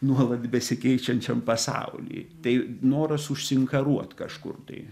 nuolat besikeičiančiam pasauliui tai noras užsiinkaruot kažkur tai